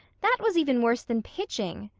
that was even worse than pitching!